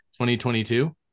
2022